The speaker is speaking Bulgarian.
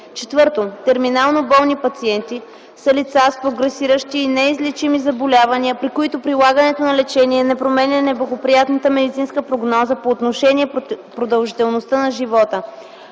4. „Терминално болни пациенти” са лица с прогресиращи неизлечими заболявания, при които прилагането на лечение не променя неблагоприятната медицинска прогноза по отношение продължителността на живота.